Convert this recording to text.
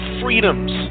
freedoms